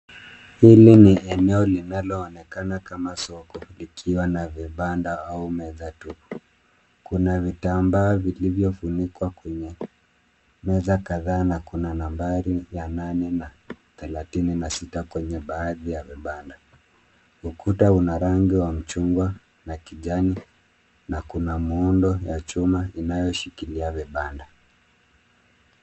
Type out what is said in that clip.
Hili ni eneo linaloonekana kama soko likiwa na vibanda au meza tupu. Kuna vitambaa vilivyofunikwa kwenye meza kadhaa na kuna nambari ya nane na thelathini na sita kwa baadhi ya vibanda. Ukuta una rangi ya mchungwa na kijani, na kuna muundo ya chuma inayoshikilia vibanda.